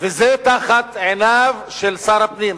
תחת עיניו של שר הפנים.